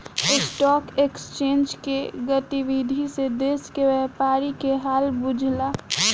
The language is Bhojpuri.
स्टॉक एक्सचेंज के गतिविधि से देश के व्यापारी के हाल बुझला